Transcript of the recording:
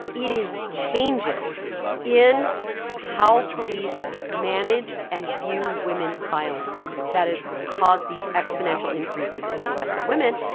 it is changes in how police manage and view women's violence that have caused these exponential increases in the arrests of women.